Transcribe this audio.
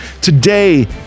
today